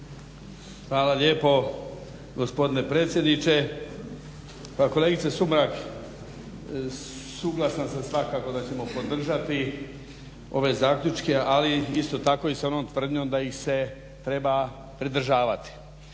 Hvala lijepo gospodine predsjedniče. Pa kolegice Sumrak, suglasan sam svakako da ćemo podržati ove zaključke, ali isto tako i sa onom tvrdnjom da ih se treba pridržavati